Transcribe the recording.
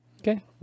Okay